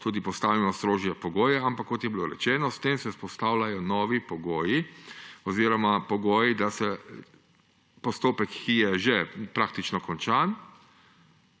tudi postavimo strožje pogoje, ampak kot je bilo rečeno, s tem se vzpostavljajo novi pogoji oziroma pogoji, da se postopek, ki je že praktično končan,